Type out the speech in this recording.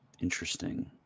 Interesting